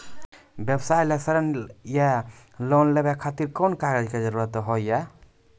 व्यवसाय ला ऋण या लोन लेवे खातिर कौन कौन कागज के जरूरत हाव हाय?